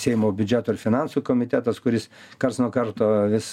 seimo biudžeto ir finansų komitetas kuris karts nuo karto vis